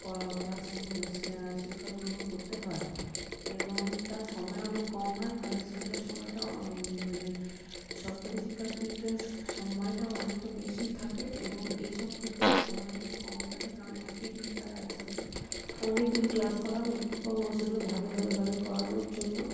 করা ক্লাস মানে শিক্ষা গ্রহণ করতে হয় এবং তা সময় অনেক কম হয় কারণ স্কুলের সময়টা মানে সরকারি শিক্ষার ক্ষেত্রে সময়টা অনেকটা বেশি থাকে এবং এই সব ক্ষেত্রে সময়টাও কম থাকে কারণ একই দিনে তারা একসাথে অনেকগুলি ক্লাস করান এবং সেগুলো ভাগে ভাগে ভাগে করানোর জন্য